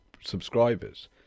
subscribers